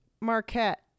Marquette